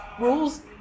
rules